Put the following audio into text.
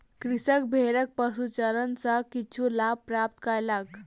कृषक भेड़क पशुचारण सॅ किछु लाभ प्राप्त कयलक